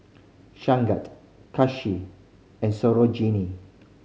and Sarojini